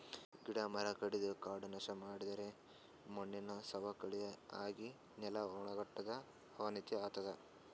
ಗಿಡ ಮರ ಕಡದು ಕಾಡ್ ನಾಶ್ ಮಾಡಿದರೆ ಮಣ್ಣಿನ್ ಸವಕಳಿ ಆಗಿ ನೆಲ ವಣಗತದ್ ಅವನತಿ ಆತದ್